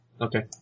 Okay